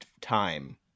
time